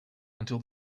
until